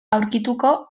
aurkituko